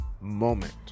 moment